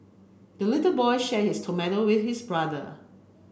the little boy shared his tomato with his brother